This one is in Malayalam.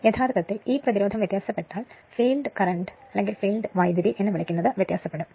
യഥാർത്ഥത്തിൽ ഈ പ്രതിരോധം വ്യത്യാസപ്പെട്ടാൽ ഫീൽഡ് കറന്റ് എന്ന് വിളിക്കുന്നത് വ്യത്യാസപ്പെടും